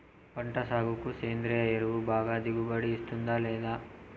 పంట సాగుకు సేంద్రియ ఎరువు బాగా దిగుబడి ఇస్తుందా లేదా